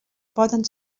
poden